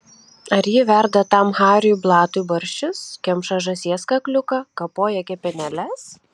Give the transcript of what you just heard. ar ji verda tam hariui blatui barščius kemša žąsies kakliuką kapoja kepenėles